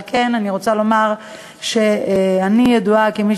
על כן אני רוצה לומר שאני ידועה כמי